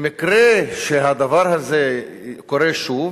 במקרה שהדבר הזה קורה שוב,